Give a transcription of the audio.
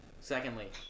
Secondly